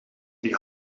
die